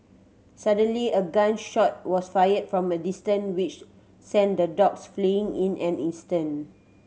suddenly a gun shot was fired from a distance which sent the dogs fleeing in an instant